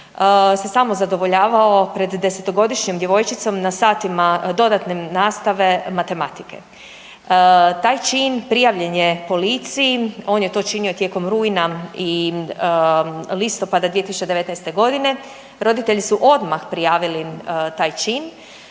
se samozadovoljavao pred 10-godišnjom djevojčicom na satima dodatne nastave matematike. Taj čin prijavljen je policiji. On je to činio tijekom rujna i listopada 2019. godine. Roditelji su odmah prijavili taj čin.